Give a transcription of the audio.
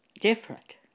different